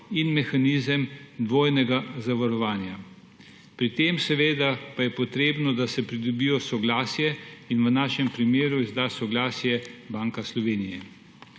in mehanizem dvojnega zavarovanja. Pri tem pa je potrebno, da se dobi soglasje in v našem primeru izda soglasje Banka Slovenija.